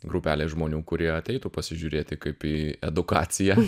grupelė žmonių kurie ateitų pasižiūrėti kaip į edukaciją